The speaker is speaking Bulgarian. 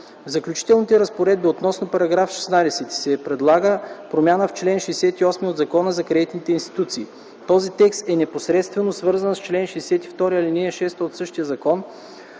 В Заключителните разпоредби относно § 16, се предлага промяна в чл. 68 от Закона за кредитните институции. Този текст е непосредствено свързан с чл. 62, ал. 6 от същия закон.